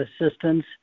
assistance